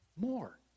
More